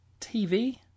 TV